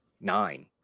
nine